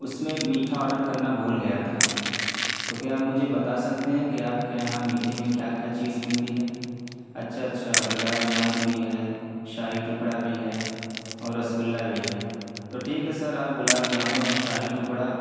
اس میں میٹھا آرڈر کرنا بھول گیا تھا تو کیا آپ مجھے بتا سکتے ہیں کہ آپ کے یہاں میٹھے میں کیا کیا چیز ملتی ہے اچھا اچھا گلاب جامن بھی ہے شاہی ٹکڑا بھی ہے اور رسگلا بھی ہے تو ٹھیک ہے سر آپ گلاب جامن اور شاہی ٹکڑا